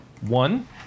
One